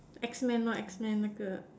X men lor X men 那个：na ge